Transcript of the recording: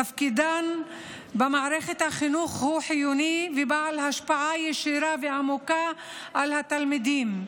תפקידן במערכת החינוך הוא חיוני ובעל השפעה ישירה ועמוקה על התלמידים,